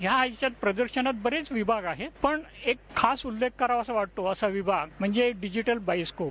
या इथं प्रदर्शनात बरेच विभाग आहेत पण एक खास उल्लेख करावासा वाटतो तो असा विभाग म्हणजे डिजिटल बायोस्कोप